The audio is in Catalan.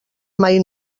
mai